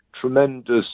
tremendous